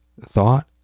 thought